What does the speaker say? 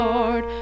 Lord